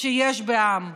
שיש בעם,